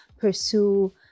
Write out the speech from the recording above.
pursue